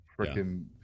freaking